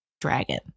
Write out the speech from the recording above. dragon